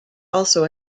also